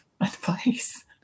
advice